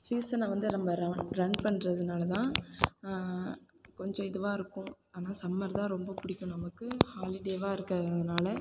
சீசனை வந்து நம்ம ரன் ரன் பண்றதுனால் தான் கொஞ்சம் இதுவாக இருக்கும் ஆனால் சம்மர் தான் ரொம்ப பிடிக்கும் நமக்கு ஹாலிடேவாக இருக்கறதுனால்